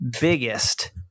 biggest